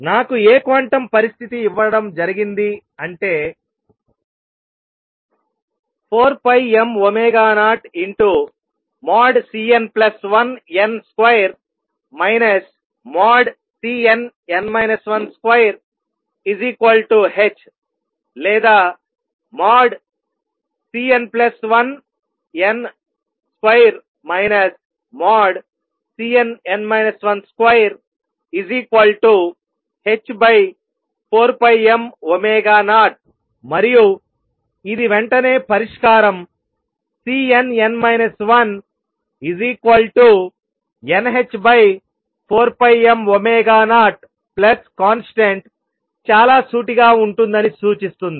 నాకు ఏ క్వాంటం పరిస్థితి ఇవ్వడం జరిగింది అంటే 4m0|Cn1n |2 Cnn 12h లేదా |Cn1n |2 Cnn 12h4m0 మరియు ఇది వెంటనే పరిష్కారం Cnn 1nh4m0constant చాలా సూటిగా ఉంటుందని సూచిస్తుంది